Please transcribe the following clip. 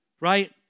right